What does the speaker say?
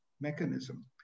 mechanism